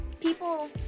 people